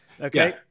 Okay